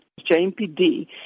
JMPD